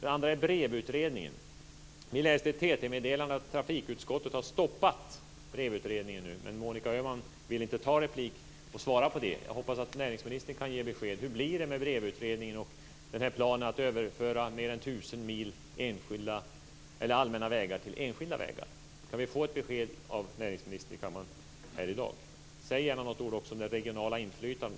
Min andra fråga gäller BREV-utredningen. Vi läste i ett TT-meddelande att trafikutskottet har stoppat BREV-utredningen, men Monica Öhman ville inte svara på min fråga om det. Jag hoppas att näringsministern kan ge besked. Hur blir det med BREV-utredningen och planen att låta mer än 1 000 mil allmän väg bli enskild väg? Kan vi få ett besked av näringsministern i kammaren här i dag? Säg gärna något ord också om det regionala inflytandet.